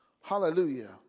Hallelujah